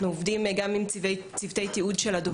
בחוק העונשין מדובר באופן כללי על שימוש בכוח,